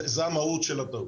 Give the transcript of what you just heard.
זו המהות של הטעות.